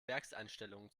werkseinstellungen